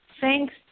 thanks